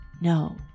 no